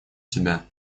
тебя